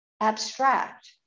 abstract